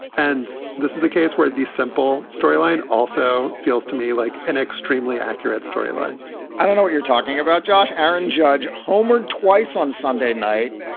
and this is a case where the simple storyline also feels to me like an extremely accurate storyline i don't know what you're talking about. josh aaron judge homered twice on sunday night,